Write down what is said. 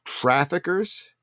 traffickers